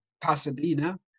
Pasadena